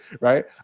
Right